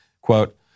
Quote